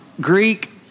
Greek